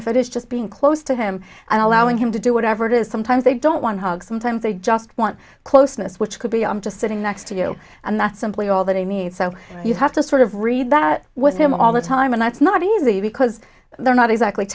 if it is just being close to him and allowing him to do whatever it is sometimes they don't want hugs sometimes they just want closeness which could be i'm just sitting next to you and that's simply all they need so you have to sort of read that was him all the time and that's not easy because they're not exactly